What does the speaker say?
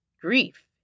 grief